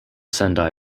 sendai